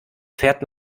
fährt